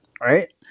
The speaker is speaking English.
right